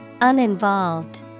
Uninvolved